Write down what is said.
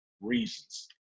reasons